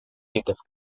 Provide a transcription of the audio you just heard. видов